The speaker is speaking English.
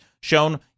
shown